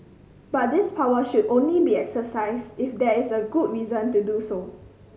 but this power should only be exercised if there is a good reason to do so